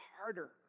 harder